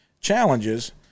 challenges